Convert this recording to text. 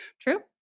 True